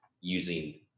using